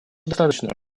достаточно